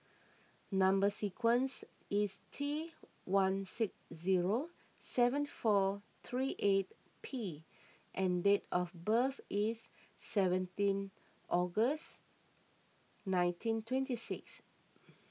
Number Sequence is T one six zero seven four three eight P and date of birth is seventeen August nineteen twenty six